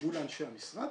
מול אנשי המשרד,